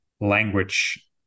language